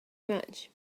much